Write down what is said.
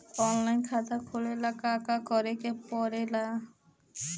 Online खाता खोले ला का का करे के पड़े ला?